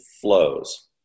flows